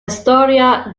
storia